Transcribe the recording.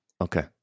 Okay